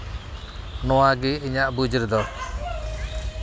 ᱱᱚᱣᱟᱜᱮ ᱤᱧᱟᱹᱜ ᱵᱩᱡᱽ ᱨᱮᱫᱚ